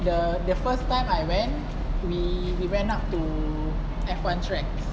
the the first time I went we we went up to F one tracks